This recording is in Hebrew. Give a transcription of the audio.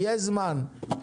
יהיה זמן,